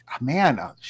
man